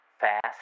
fast